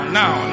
now